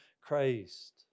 Christ